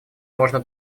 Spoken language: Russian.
можно